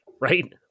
right